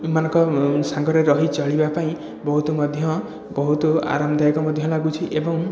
ମାନଙ୍କ ସାଙ୍ଗରେ ରହି ଚଳିବା ପାଇଁ ବହୁତ ମଧ୍ୟ ବହୁତ ଆରାମଦାୟକ ମଧ୍ୟ ଲାଗୁଛି ଏବଂ